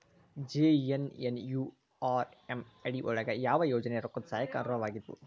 JNNURM ಅಡಿ ಯೊಳಗ ಯಾವ ಯೋಜನೆ ರೊಕ್ಕದ್ ಸಹಾಯಕ್ಕ ಅರ್ಹವಾಗಿದ್ವು?